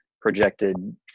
projected